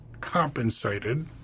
compensated